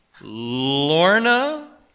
Lorna